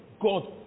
God